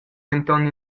denton